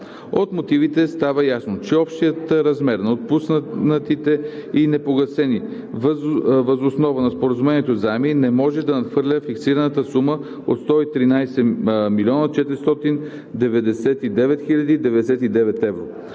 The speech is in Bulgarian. От мотивите става ясно, че общият размер на отпуснатите и непогасени въз основа на Споразумението заеми не може да надхвърля фиксираната сума от 113 млн. 499 хил. 099,01 евро.